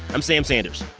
i'm sam sanders.